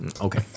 Okay